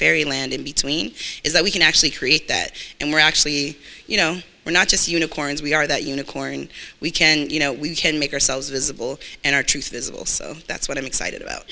fairy land in between is that we can actually create that and we're actually you know we're not just unicorns we are that unicorn we can you know we can make ourselves visible and our truth is that's what i'm excited about